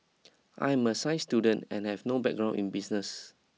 I'm a science student and have no background in business